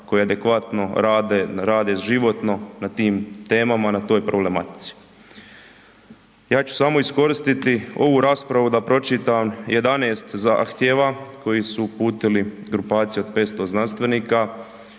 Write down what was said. koji adekvatno rade, rade životno na tim temama, na toj problematici. Ja ću samo iskoristiti ovu raspravu da pročitan 11 zahtjeva koji su uputili grupacija od 500 znanstvenika,